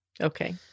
Okay